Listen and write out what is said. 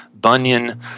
Bunyan